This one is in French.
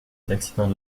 d’accidents